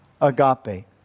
agape